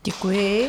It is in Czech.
Děkuji.